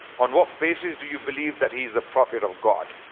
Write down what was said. on what basis do you believe that he's the prophet of god?